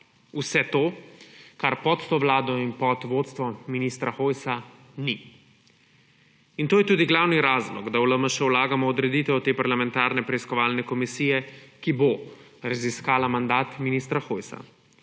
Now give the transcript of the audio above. vse to, kar pod to vlado in pod vodstvom ministra Hojsa ni. In to je tudi glavni razlog, da v LMŠ vlagamo odreditev te parlamentarne preiskovalne komisije, ki bo raziskala mandat ministra Hojsa.